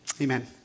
amen